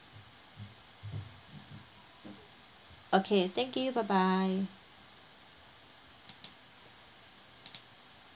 okay thank you bye bye